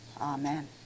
Amen